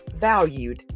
valued